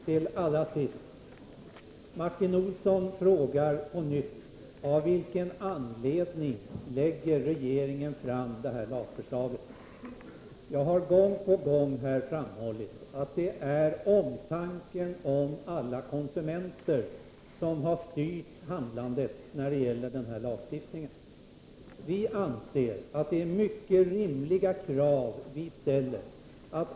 Herr talman! Martin Olsson frågar på nytt av vilken anledning regeringen lägger fram det här lagförslaget. Jag har gång på gång här framhållit att det är omtanken om alla konsumenter som har styrt handlandet när det gäller den här lagstiftningen. Vi anser att det är mycket rimliga krav som ställs i propositionen.